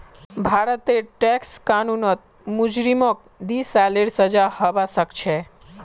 भारतेर टैक्स कानूनत मुजरिमक दी सालेर सजा हबा सखछे